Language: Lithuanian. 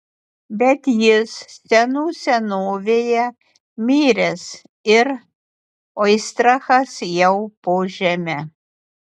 bet jis senų senovėje miręs ir oistrachas jau po žeme